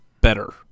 better